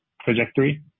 trajectory